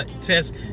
test